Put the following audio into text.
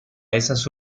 esas